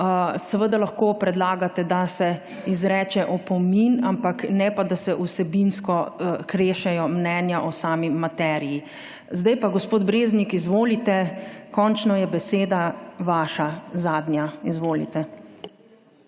Seveda lahko predlagate, da se izreče opomin, ampak ne pa, da se vsebinsko krešejo mnenja o sami materiji. Zdaj pa gospod Breznik, izvolite, končno je beseda vaša zadnja. Izvolite.